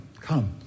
come